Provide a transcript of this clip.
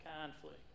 conflict